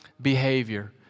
behavior